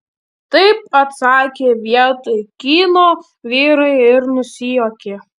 taip atsakė vietoj kyno vyrai ir nusijuokė